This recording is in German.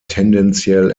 tendenziell